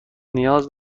نیاز